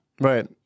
Right